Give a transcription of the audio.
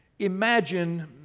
Imagine